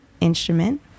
instrument